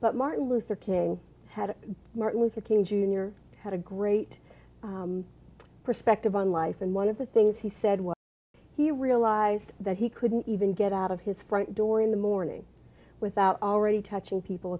but martin luther king had martin luther king jr had a great perspective on life and one of the things he said was he realized that he couldn't even get out of his front door in the morning without already touching people